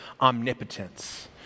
omnipotence